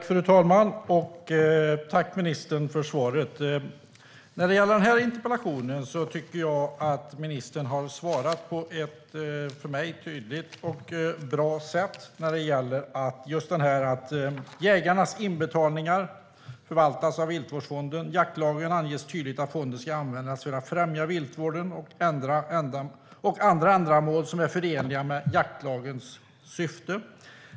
Fru talman! Tack, ministern, för svaret! När det gäller den här interpellationen tycker jag att ministern har svarat på ett för mig tydligt och bra sätt. Han svarade: "Jägarnas inbetalningar förvaltas i Viltvårdsfonden. I jaktlagen anges tydligt att fonden ska användas för att främja viltvården och andra ändamål som är förenliga med jaktlagens syfte.